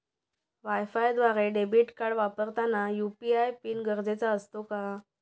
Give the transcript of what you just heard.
वायफायद्वारे debit card वापरताना UPI PIN गरजेचा असतो का?